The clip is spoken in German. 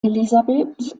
elisabeth